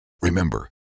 Remember